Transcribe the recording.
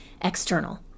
external